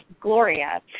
Gloria